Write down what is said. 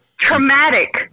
Traumatic